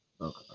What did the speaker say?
Okay